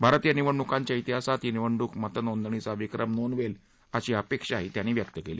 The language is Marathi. भारतीय निवडणुकांच्या इतिहासात ही निवडणूक मतनोंदणीचा विक्रम नोंदवेल अशी अपेक्षाही मोदी यांनी व्यक्त केली